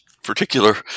particular